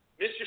Mr